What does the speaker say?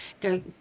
go